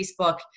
Facebook